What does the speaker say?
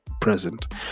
Present